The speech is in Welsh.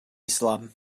islam